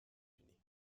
unis